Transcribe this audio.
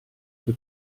che